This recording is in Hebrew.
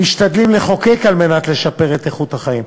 משתדלים לחוקק כדי לשפר את איכות החיים.